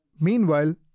Meanwhile